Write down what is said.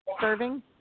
serving